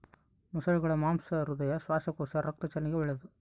ಮೊಸಳೆಗುಳ ಮಾಂಸ ಹೃದಯ, ಶ್ವಾಸಕೋಶ, ರಕ್ತ ಚಲನೆಗೆ ಒಳ್ಳೆದು